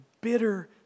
bitter